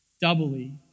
doubly